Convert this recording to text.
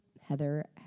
Heather